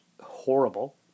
horrible